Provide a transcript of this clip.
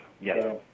Yes